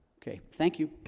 okay? thank you.